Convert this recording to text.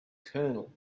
colonel